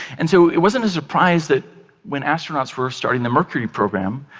and so it wasn't a surprise that when astronauts first started the mercury program,